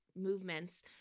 movements